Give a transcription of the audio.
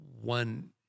one